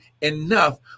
enough